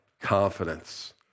Confidence